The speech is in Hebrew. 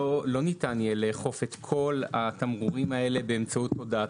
לא ניתן יהיה לאכוף את כל התמרורים האלה באמצעות הודעת